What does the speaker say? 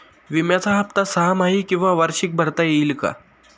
विम्याचा हफ्ता सहामाही किंवा वार्षिक भरता येईल का?